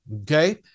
Okay